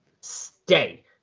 stay